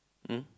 um